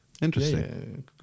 interesting